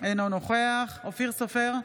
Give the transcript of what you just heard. אינו נוכח אופיר סופר,